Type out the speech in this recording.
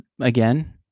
again